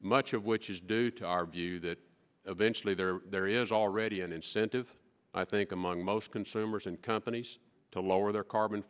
much of which is due to our view that eventually there there is already an incentive i think among most consumers and companies to lower their carbon